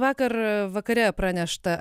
vakar vakare pranešta